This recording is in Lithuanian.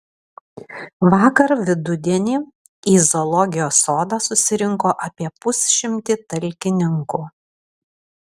vakar vidudienį į zoologijos sodą susirinko apie pusšimtį talkininkų